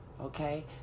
Okay